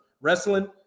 wrestling